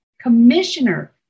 Commissioner